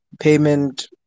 payment